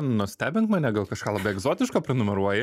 nustebink mane gal kažką labai egzotiško prenumeruoji